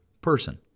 person